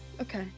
Okay